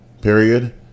period